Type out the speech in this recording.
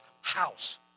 house